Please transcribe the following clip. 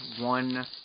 one